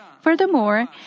Furthermore